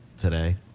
today